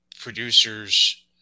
producers